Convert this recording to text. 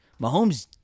Mahomes